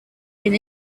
been